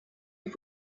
ich